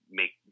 make